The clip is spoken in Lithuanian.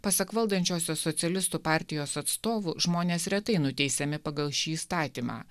pasak valdančiosios socialistų partijos atstovų žmonės retai nuteisiami pagal šį įstatymą